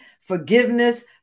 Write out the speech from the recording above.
forgiveness